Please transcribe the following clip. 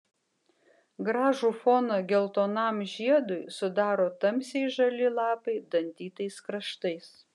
gražų foną geltonam žiedui sudaro tamsiai žali lapai dantytais kraštais